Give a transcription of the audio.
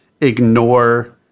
ignore